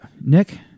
Nick